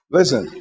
Listen